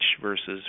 versus